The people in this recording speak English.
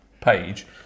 page